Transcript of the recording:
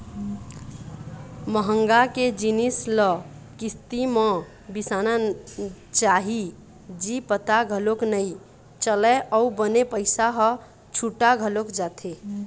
महँगा के जिनिस ल किस्ती म बिसाना चाही जी पता घलोक नइ चलय अउ बने पइसा ह छुटा घलोक जाथे